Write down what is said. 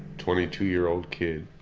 twenty two year old kid.